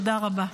תודה רבה.